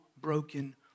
broken